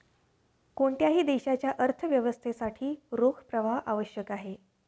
कोणत्याही देशाच्या अर्थव्यवस्थेसाठी रोख प्रवाह आवश्यक आहे